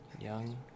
Young